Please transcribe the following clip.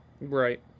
Right